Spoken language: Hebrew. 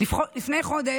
לפני חודש,